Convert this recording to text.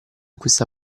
questa